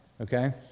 Okay